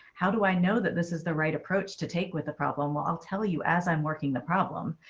how do i know that this is the right approach to take with the problem? well, i'll tell you as i'm working the problem.